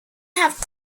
have